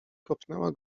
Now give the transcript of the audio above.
kopnęła